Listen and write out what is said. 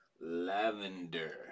Lavender